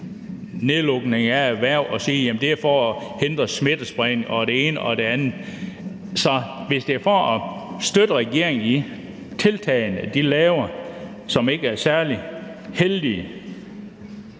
nedlukningen af erhverv, hvor man siger, at det er for at forhindre smittespredning og alt muligt andet. Så hvis det er for at støtte regeringen i de tiltag, de laver, som ikke er særlig heldige,